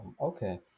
okay